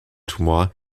tumor